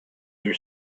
your